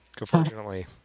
Unfortunately